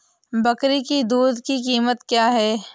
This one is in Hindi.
बकरी की दूध की कीमत क्या है?